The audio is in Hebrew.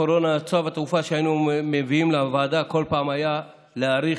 ואנחנו נצביע פעמיים, פעם על החוק ופעם על ההצמדה.